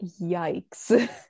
yikes